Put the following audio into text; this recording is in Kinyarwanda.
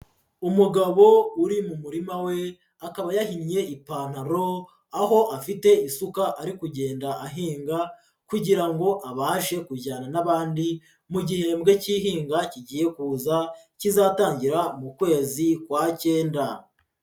Umugabo uri mu murima we, akaba yahinnye ipantaro, aho afite isuka ari kugenda ahinga, kugira ngo abashe kujyana n'abandi, mu gihembwe cy'ihinga kigiye kuza, kizatangira mu kwezi kwa cyenda.